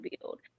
build